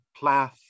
Plath